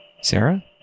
Sarah